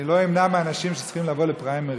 אני לא אמנע מאנשים שצריכים לבוא לפריימריז,